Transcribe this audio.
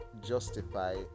justify